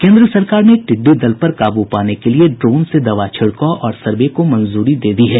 केन्द्र सरकार ने टिड्डी दल पर काबू पाने के लिए ड्रोन से दवा छिड़काव और सर्वे को मंजूरी दे दी है